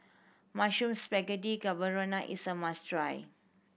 Mushroom Spaghetti Carbonara is a must try